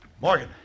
Morgan